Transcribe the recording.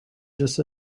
just